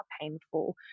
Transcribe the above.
painful